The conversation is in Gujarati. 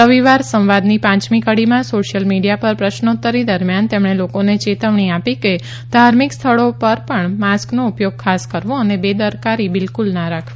રવિવાર સંવાદની પાંચમી કડીમાં સોશિયલ મીડીયા પર પ્રશ્નોત્તરી દરમિયાન તેમણે લોકોને ચેતવણી આપી કે ધાર્મિક સ્થળો પર પણ માસ્કનો ઉપયોગ ખાસ કરવો અને બેદરકારી બિલકુલ ના રાખવી